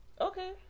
Okay